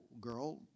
girl